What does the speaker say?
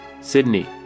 Sydney